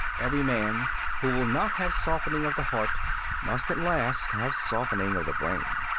every man who will not have softening of the heart must at last have softening of the brain.